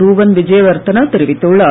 ரூவன் விஜயவர்த்தன தெரிவித்துள்ளார்